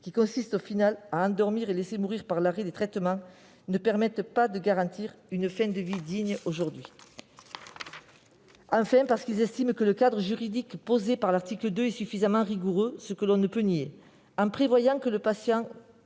qui consiste au final à endormir et à laisser mourir par l'arrêt des traitements, ne permet pas de garantir une fin de vie digne aujourd'hui ; enfin parce qu'ils considèrent que le cadre juridique posé par l'article 2 est suffisamment rigoureux, ce que l'on ne peut nier. En prévoyant que le patient